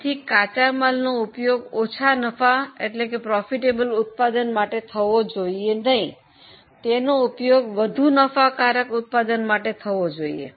તેથી કાચા માલનો ઉપયોગ ઓછા નફાકારક ઉત્પાદન માટે થવો જોઈએ નહીં તેનો ઉપયોગ વધુ નફાકારક ઉત્પાદન માટે થવો જોઈએ